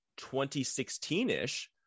2016-ish